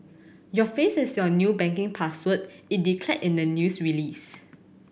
your face is your new banking password it declared in the news release